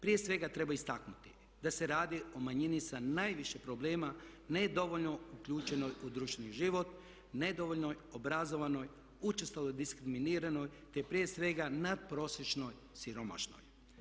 Prije svega treba istaknuti da se radi o manjini sa najviše probleme ne dovoljno uključeno u društveni život, nedovoljno obrazovanoj, učestalo diskriminiranoj, te prije svega nadprosječno siromašnoj.